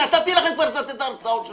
נתתי לכם כבר את ההרצאות שלכם,